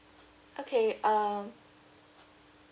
okay um